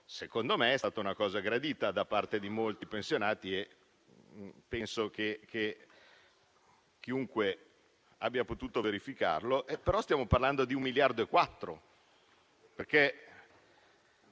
secondo me è stata una cosa gradita da parte di molti pensionati, come penso che chiunque abbia potuto verificare. Stiamo parlando però di 1,4 miliardi di euro.